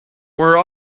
where